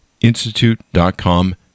institute.com